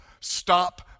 stop